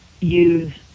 use